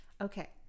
Okay